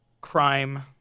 crime